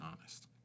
honest